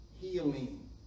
healing